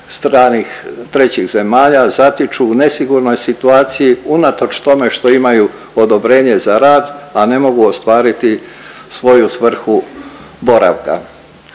stranih trećih zemalja zatiču u nesigurnoj situaciji unatoč tome što imaju odobrenje za rad, a ne mogu ostvariti svoju svrhu boravka.